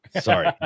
Sorry